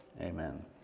amen